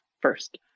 first